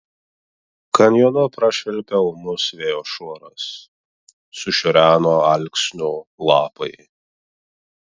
kanjonu prašvilpė ūmus vėjo šuoras sušiureno alksnių lapai